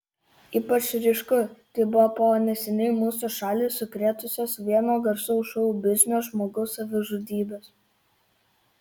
ypač ryšku tai buvo po neseniai mūsų šalį sukrėtusios vieno garsaus šou biznio žmogaus savižudybės